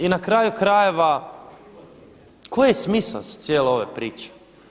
I na kraju krajeva koji je smisao cijele ove priče?